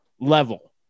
level